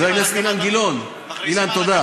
חבר הכנסת אילן גילאון, אילן, תודה.